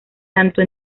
tanto